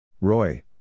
Roy